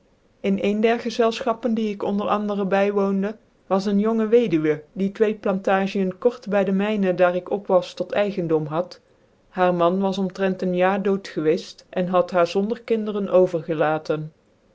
in een der gczclfchappcn die ik onder andere bywoondc was een jonge weduwe die twee plantagicn kort by de mync daar ik op was tot eigendom had haar man was omtrent een jaar dood gcwcclt cn had haar zonder kinderen overgelaten